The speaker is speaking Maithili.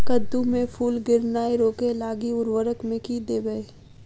कद्दू मे फूल गिरनाय रोकय लागि उर्वरक मे की देबै?